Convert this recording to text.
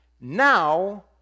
now